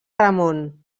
ramon